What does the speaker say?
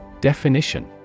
Definition